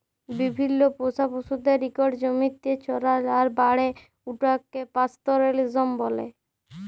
বিভিল্ল্য পোষা পশুদের ইকট জমিতে চরাল আর বাড়ে উঠাকে পাস্তরেলিজম ব্যলে